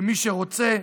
ומי שרוצה,